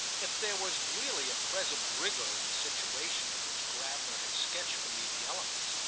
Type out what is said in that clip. if there was really a present rigour in the situation of which gravener had sketched for me the elements,